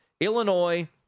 Illinois